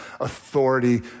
authority